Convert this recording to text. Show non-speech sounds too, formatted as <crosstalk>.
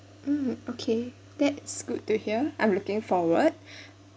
mm okay that's good to hear I'm looking forward <breath>